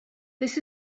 this